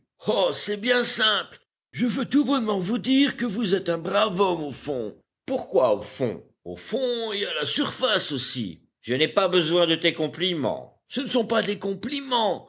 oh c'est bien simple je veux tout bonnement vous dire que vous êtes un brave homme au fond pourquoi au fond au fond et à la surface aussi je n'ai pas besoin de tes compliments ce ne sont pas des compliments